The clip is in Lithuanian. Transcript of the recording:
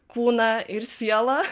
kūną ir sielą